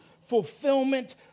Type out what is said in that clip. fulfillment